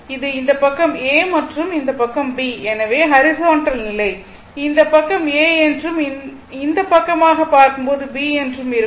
இது இந்த பக்கம் A மற்றும் இந்த பக்கம் B எனவே ஹரிசான்டல் நிலை இந்த பக்கம் A என்றும் இந்த பக்கமாக இருக்கும்போது B என்றும் இருக்கும்